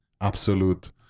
absolute